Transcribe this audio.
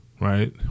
right